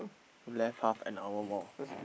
left half an hour more